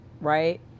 right